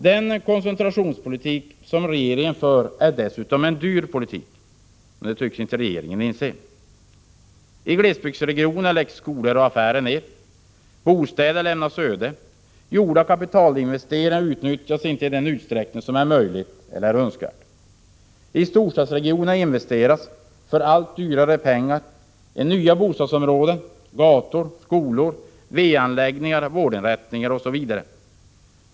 Den koncentrationspolitik som regeringen för är en dyr politik, men det tycks regeringen inte inse. I glesbygdsregioner läggs skolor och affärer ned. Bostäder lämnas öde. Gjorda kapitalinvesteringar utnyttjas inte i den utsträckning som är möjligt eller önskvärt. I storstadsregionerna investeras, för allt dyrare pengar, i nya bostadsområden, gator, skolor, va-anläggningar, vårdinrättningar, osv.